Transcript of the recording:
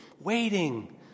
waiting